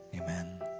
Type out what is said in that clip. Amen